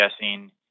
guessing